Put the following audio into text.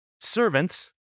servants